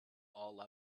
all